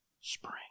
Spring